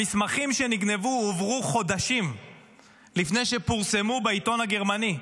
המסמכים שנגנבו הועברו חודשים לפני שפורסמו בעיתון הגרמני.